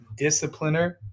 discipliner